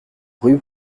rue